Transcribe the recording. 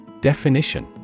Definition